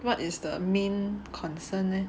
what is the main concern leh